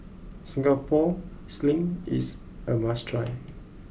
Singapore Sling is a must try